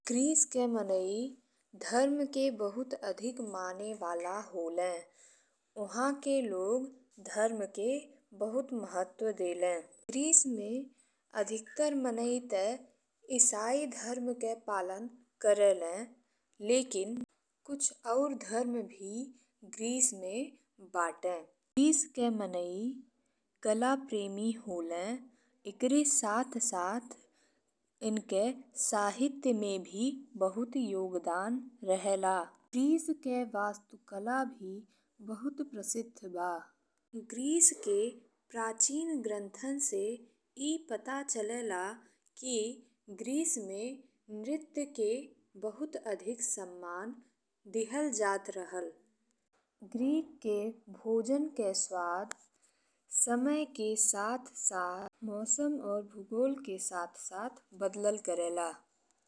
Greece के मनई धर्म के बहुत अधिक माने वाला होला। उहाँ के लोग धर्म के बहुत महत्व देले। ग्रीस में अधिकतर मनई ते इसाई धर्म के पालन करेले, लेकिन कुछ और धर्म भी ग्रीस में बाटे। ग्रीस के मनई कलाप्रेमी होला। ईकरे साथ-साथ इनके साहित्य में भी बहुत योगदान रहेला। ग्रीस के वास्तुकला भी बहुत प्रसिद्ध बा। ग्रीस के प्राचीन ग्रंथन से ए पता चलेला कि ग्रीस में नृत्य के बहुत अधिक सम्मान दिहल जात रहल। ग्रीस के भोजन के स्वाद समय के साथ-साथ मौसम और भूगोल के साथ-साथ बदलल करेला।